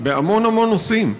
בהמון המון נושאים.